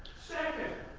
second,